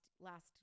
last